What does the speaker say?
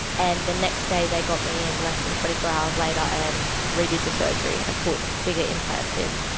and the next day they got me in less than twenty four hours later and redid the surgery and put bigger implants in,